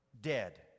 dead